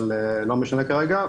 אבל לא משנה כרגע.